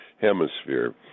hemisphere